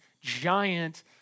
giant